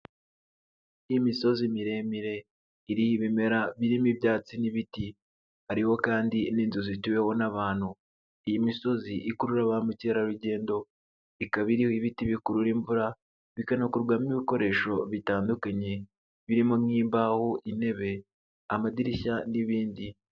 Imisozi miremire iriho ibimera birimo ibyatsi n'ibiti, hariho kandi n'inzu zituweho n'abantu. Iyi misozi ikurura ba mukerarugendo ikaba iriho ibiti bikurura imvura bikanakurwamo ibikoresho bitandukanye birimo nk'imbaho, intebe amadirishya n'ibindi.